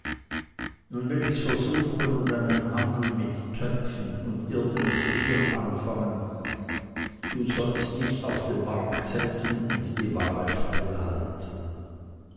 nun will ichs versuchen und einen handel mit töpfen und irdenem geschirr anfangen du sollst dich auf den markt setzen und die ware feil halten